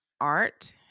art